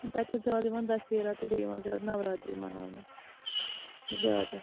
تَتہِ چھِ زیادٕ یِوان دَسیرا تہٕ بیٚیہِ یِوان زیادٕ نَوراتری مَناونہٕ زیادٕ